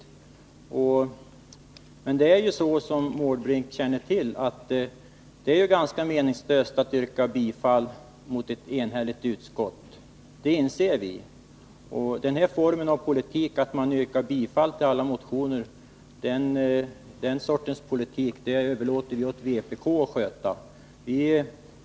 Som Bertil Måbrink känner till är det dock ganska meningslöst att yrka bifall till en motion som ett enigt utskott har avstyrkt. Det inser vi. Att yrka bifall till alla motioner är ett slags politik som vi överlåter åt vpk att sköta.